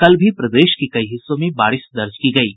कल भी प्रदेश के कई हिस्सों में बारिश दर्ज की गयी